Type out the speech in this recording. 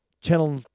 Channel